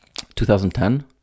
2010